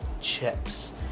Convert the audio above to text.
chips